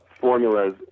formulas